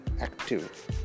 active